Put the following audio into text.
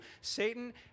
Satan